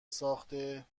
ساخته